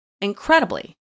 Incredibly